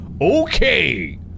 Okay